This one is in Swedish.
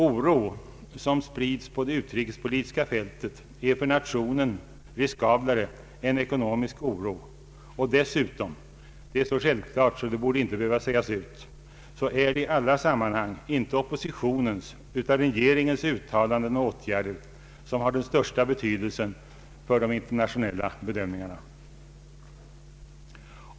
Oro som sprids på det utrikespolitiska fältet är för nationen riskablare än ekonomisk oro; och dessutom — detta är så självklart att det knappast borde behöva utsägas — är det i alla sammanhang inte oppositionens utan regeringens uttalanden och åtgärder, som har största betydelsen för de internationella bedömningarna.